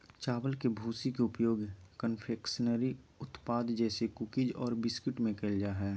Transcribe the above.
चावल के भूसी के उपयोग कन्फेक्शनरी उत्पाद जैसे कुकीज आरो बिस्कुट में कइल जा है